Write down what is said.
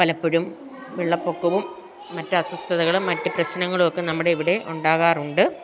പലപ്പോഴും വെള്ളപ്പൊക്കവും മറ്റ് അസ്വസ്ഥതകളും മറ്റ് പ്രശ്നങ്ങളും ഒക്കെ നമ്മുടെ ഇവിടെ ഉണ്ടാകാറുണ്ട്